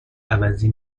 عوضی